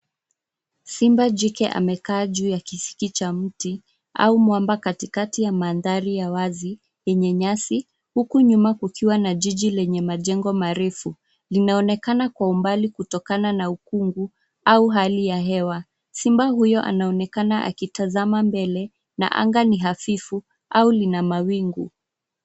Simba jike amekaa juu ya kisiki cha mti au mwamba katikati ya mandhari ya wazi yenye nyasi. Huku nyuma kukiwa na jiji lenye majengo marefu. Linaonekana kwa umbali kutokana na ukungu au hali ya hewa. Simba huyo anaonekana akitazama mbele na anga ni hafifu au lina mawingu.